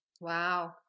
Wow